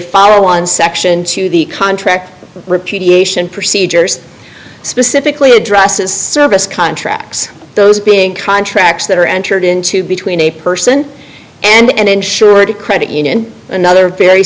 follow on section to the contract repudiation procedures specifically addresses service contracts those being contracts that are entered into between a person and insured credit union another very